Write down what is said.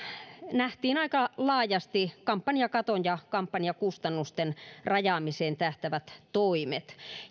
nähtiin aika laajasti kampanjakattoon ja kampanjakustannusten rajaamiseen tähtäävät toimet